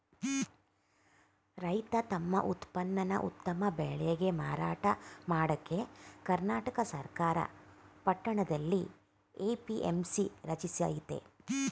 ರೈತ ತಮ್ ಉತ್ಪನ್ನನ ಉತ್ತಮ ಬೆಲೆಗೆ ಮಾರಾಟ ಮಾಡಕೆ ಕರ್ನಾಟಕ ಸರ್ಕಾರ ಪಟ್ಟಣದಲ್ಲಿ ಎ.ಪಿ.ಎಂ.ಸಿ ರಚಿಸಯ್ತೆ